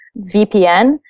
VPN